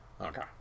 Okay